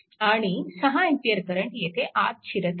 आणि 6A current येथे आत शिरत आहे